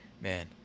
Man